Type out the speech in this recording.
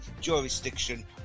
jurisdiction